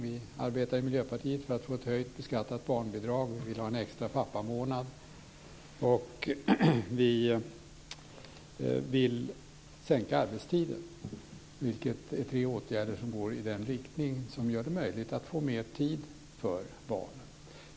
Vi arbetar i Miljöpartiet för att få ett höjt beskattat barnbidrag. Vi vill ha en extra pappamånad. Vi vill sänka arbetstiden. Vilket är tre åtgärder som går i den riktningen att det blir möjligt att få mer tid för barnen.